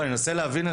אני מנסה להבין,